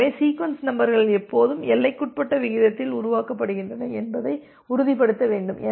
எனவே சீக்வென்ஸ் நம்பர்கள் எப்போதும் எல்லைக்குட்பட்ட விகிதத்தில் உருவாக்கப்படுகின்றன என்பதை உறுதிப்படுத்த வேண்டும்